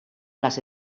las